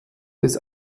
des